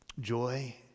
Joy